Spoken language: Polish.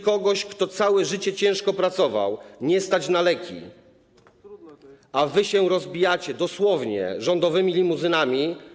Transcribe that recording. Kogoś, kto całe życie ciężko pracował, nie stać na leki, a wy się rozbijacie, dosłownie, rządowymi limuzynami.